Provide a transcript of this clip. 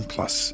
Plus